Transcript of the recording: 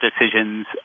decisions